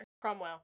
Cromwell